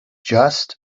just